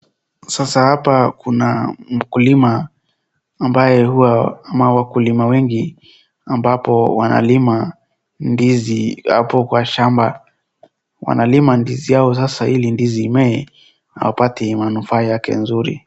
Sasa hapa kuna mkulima ambaye huwa ama wakulima wengi ambapo wanalima ndizi hapo kwa shamba. Wanalima ndizi yao sasa ili ndizi ime wapate manufaa yake nzuri.